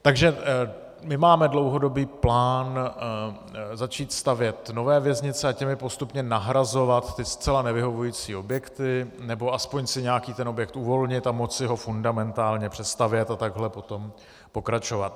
Takže my máme dlouhodobý plán začít stavět nové věznice a těmi postupně nahrazovat ty zcela nevyhovující objekty, nebo aspoň si nějaký ten objekt uvolnit a moci ho fundamentálně přestavět a takhle potom pokračovat.